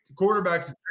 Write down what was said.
quarterbacks